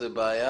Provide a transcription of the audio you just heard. זה בעיה.